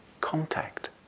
contact